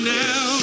now